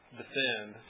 defend